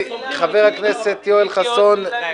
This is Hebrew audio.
חבר הכנסת יואל חסון, בבקשה.